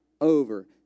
over